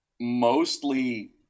mostly